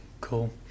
Cool